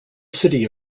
city